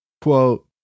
quote